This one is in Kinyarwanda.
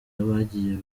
abagiye